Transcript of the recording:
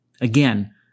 Again